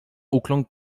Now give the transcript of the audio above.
ukląkł